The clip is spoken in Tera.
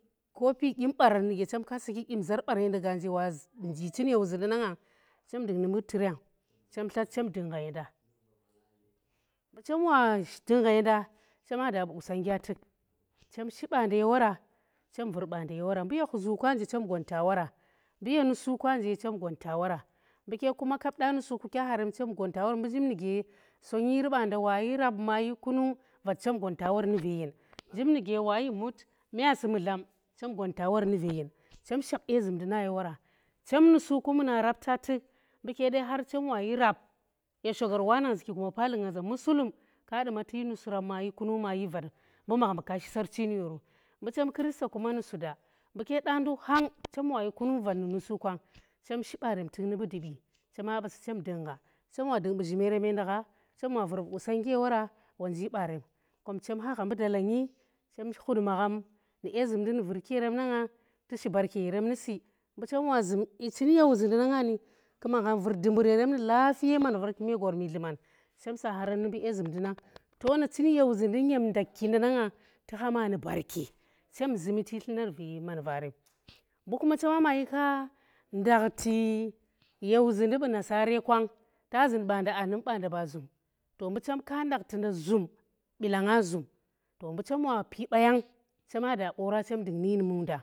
kopi dyini baran nuge chemka sarki dyim zar baran yenda gaanje wa nji chin ye wuzinda na nga nu mbu chem tlat chem dung gha yenda, mbu chem wa dung gha ye nda shi baanda ye wora chem vur baanda ye wora mbu ye khuzukwa nje chem gwanta wora mbu ye nusukura nje chem gwanta wora, mbuke kuma kap dya nusuku kya ha wora chem gwanta wora, mbu njib nuge sonyiri baanda wayi rap ma yi kunung vat chem gwanta worye yen, njib nuge wayi mut myazi, mudlam, chem gwanta wor yeyen, chem shakh dye zumndi naye wora chem nusuku muna rapta mbu ke har chem wa yi raap ye shogar wa nang zuki guma paali nga za musilum ka duma tu yi nusu rap mayo kunung mayi vat mbu magham keshi sarchi ni yoro mbu da nduk hang chem wayi kunung vat nu nusukwang chem shi barem tuk nu mbu dubi chema basi chem dung gha chem wa dung bu zhinerem yenda gha chem wa vir bu qusongnggi yewora wonji barem chem hagha mbu dalangi chem khut magham nu dye zum ndi nu vurki yerem na nga tushi barke yerem na si mbu chem wazin chin ye wuzindi na nga ku magham vur dumbur yerem nusi kume gormi dluman chem sa herem numbin dye zumndi nang tona chin ye wuzindi nyem ndakhki nang tu ha ma nu barke chem zu mi tuyi tlumar veman verem mbu chema mayi ka ndakhti ye wuzindi bu nasara kwang, ta zun aa num ba nda ba zum mbu chem kandak tu nda zum bilanga zum mbu chem wa pi bayang